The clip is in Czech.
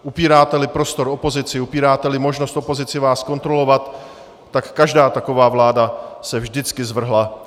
Upíráteli prostor opozici, upíráteli možnost opozici vás kontrolovat, tak každá taková vláda se vždycky zvrhla.